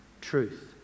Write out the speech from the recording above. truth